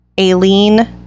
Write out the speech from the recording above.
Aileen